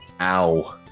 Ow